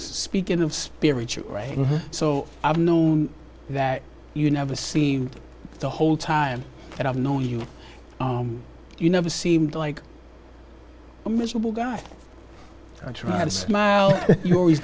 speaking of spiritual writing so i've known that you never seen the whole time that i've known you you never seemed like a miserable guy i try to smile you're always